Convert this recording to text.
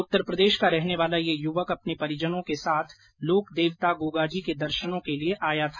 उत्तरप्रदेश का रहने वाला यह युवक अपने परिजनों के साथ लोकदेवता गोगाजी के दर्शनों के लिये आया था